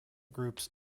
groups